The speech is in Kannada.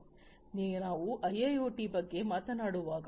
ಆದ್ದರಿಂದ ನಾವು ಐಐಓಟಿ ಬಗ್ಗೆ ಮಾತನಾಡುವಾಗ